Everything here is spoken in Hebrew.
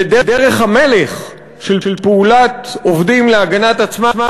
ודרך המלך של פעולת עובדים להגנת עצמם